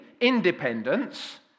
independence